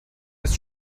ist